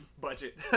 budget